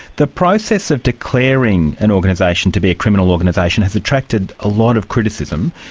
the process of declaring an organisation to be a criminal organisation has attracted a lot of criticism.